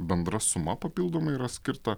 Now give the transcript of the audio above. bendra suma papildomai yra skirta